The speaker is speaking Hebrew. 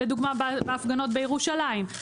לדוגמה בהפגנות בירושלים.